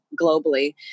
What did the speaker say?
globally